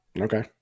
okay